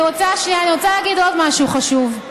שנייה, אני רוצה להגיד עוד משהו חשוב.